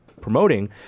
promoting